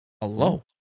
Hello